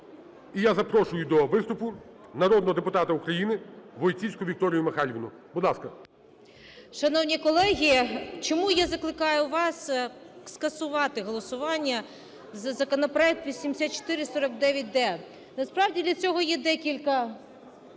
І я запрошую до виступу народного депутата України Войціцьку Вікторію Михайлівну. 13:22:05 ВОЙЦІЦЬКА В.М. Шановні колеги, чому я закликаю вас скасувати голосування за законопроект 8449-д. Насправді для цього є декілька